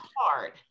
hard